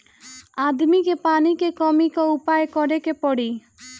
आदमी के पानी के कमी क उपाय करे के पड़ी